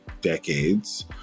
decades